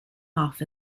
off